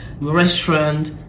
restaurant